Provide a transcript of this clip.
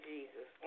Jesus